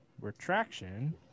Retraction